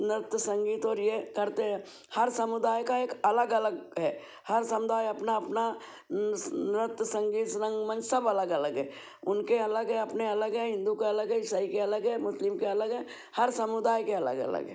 नृत्य संगीत और ये करते है हर समुदाय का एक अलग अलग है हर समुदाय अपना अपना नृत्य संगीत रंगमंच सब अलग अलग है उनके अलग है अपने अलग है हिन्दू का अलग है इसाई के अलग है मुस्लिम के अलग है हर समुदाय के अलग अलग है